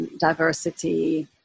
Diversity